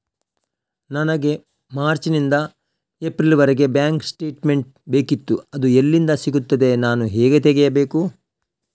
ನನಗೆ ಮಾರ್ಚ್ ನಿಂದ ಏಪ್ರಿಲ್ ವರೆಗೆ ಬ್ಯಾಂಕ್ ಸ್ಟೇಟ್ಮೆಂಟ್ ಬೇಕಿತ್ತು ಅದು ಎಲ್ಲಿಂದ ಸಿಗುತ್ತದೆ ನಾನು ಹೇಗೆ ತೆಗೆಯಬೇಕು?